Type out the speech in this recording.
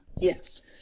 Yes